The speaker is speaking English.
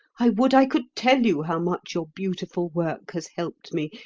i would i could tell you how much your beautiful work has helped me.